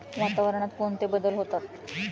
वातावरणात कोणते बदल होतात?